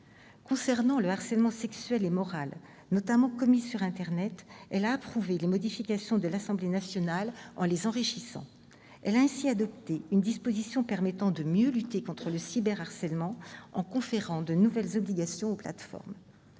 Concernant le harcèlement sexuel et moral, notamment commis sur internet, la commission a approuvé les modifications de l'Assemblée nationale en les enrichissant. Elle a ainsi adopté une disposition permettant de mieux lutter contre le cyberharcèlement en conférant de nouvelles obligations aux plateformes